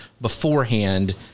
beforehand